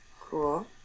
Cool